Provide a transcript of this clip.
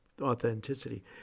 authenticity